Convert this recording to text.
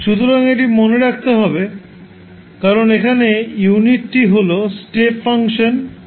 সুতরাং এটি মনে রাখতে হবে কারণ এখানে ইউনিটটি হল স্টেপ ফাংশন u−t